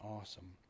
awesome